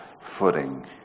footing